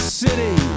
city